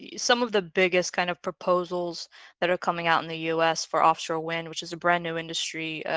some of the biggest kind of proposals that are coming out in the us for offshore wind, which is a brand new industry.